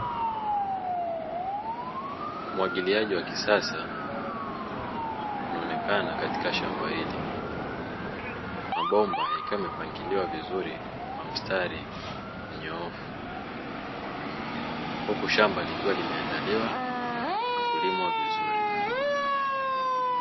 Umwagiliaji wa kisasa unaonekana katika shamba hili, mabomba yakiwa yamepangiliwa vizuri katika mstari mnyoofu, huku shamba likiwa limeandaliwa na kulimwa vizuri.